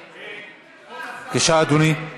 בבקשה, אדוני.